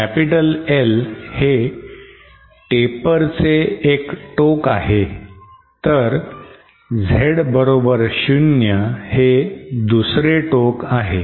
capital L हे Taper चे एक टोक आहे तर Z बरोबर शून्य हे दुसरे टोक आहे